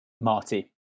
marty